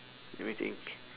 let me think